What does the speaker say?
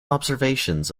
observations